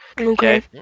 Okay